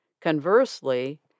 Conversely